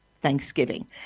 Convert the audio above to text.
Thanksgiving